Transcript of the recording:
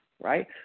Right